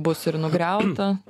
bus ir nugriauta